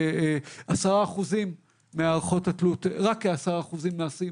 היום רק כ-10% מהערכות התלות נעשות